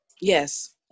Yes